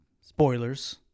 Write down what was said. spoilers